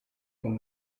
con